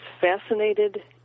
fascinated